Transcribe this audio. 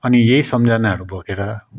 अनि यही सम्झनाहरू भोगेर